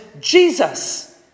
Jesus